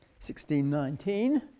1619